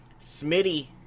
Smitty